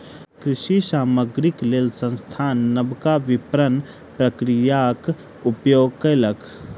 कृषि सामग्रीक लेल संस्थान नबका विपरण प्रक्रियाक उपयोग कयलक